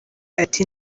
ati